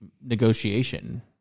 negotiation